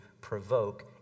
provoke